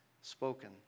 spoken